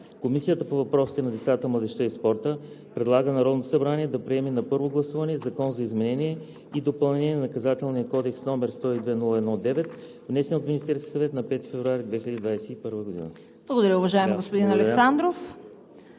Комисията по въпросите на децата, младежта и спорта предлага на Народното събрание да приеме на първо гласуване Закон за изменение и допълнение на Наказателния кодекс, № 102-01-9, внесен от Министерския съвет на 5 февруари 2021 г.“ ПРЕДСЕДАТЕЛ ЦВЕТА КАРАЯНЧЕВА: Благодаря, уважаема господин Александров.